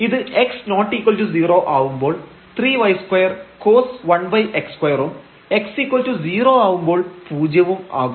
ഇത് x≠0 ആവുമ്പോൾ 3y2 cos⁡1x2 ഉം x0 ആവുമ്പോൾ പൂജ്യവും ആകും